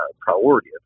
priority